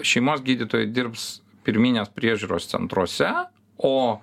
šeimos gydytojai dirbs pirminės priežiūros centruose o